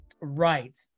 Right